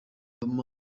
perezida